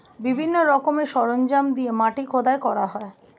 বিভিন্ন রকমের সরঞ্জাম দিয়ে মাটি খোদাই করা হয়